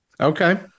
Okay